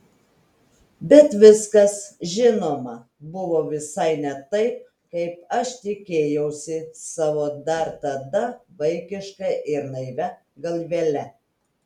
bet viskas žinoma buvo visai ne taip kaip aš tikėjausi savo dar tada vaikiška ir naivia galvele